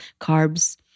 carbs